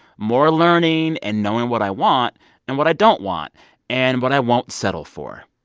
more learning and knowing what i want and what i don't want and what i won't settle for.